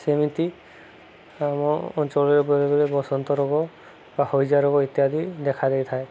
ସେମିତି ଆମ ଅଞ୍ଚଳରେ ବେଳେବେଳେ ବସନ୍ତ ରୋଗ ବା ହଇଜା ରୋଗ ଇତ୍ୟାଦି ଦେଖା ଦେଇଥାଏ